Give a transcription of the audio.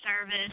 Service